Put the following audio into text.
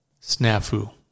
snafu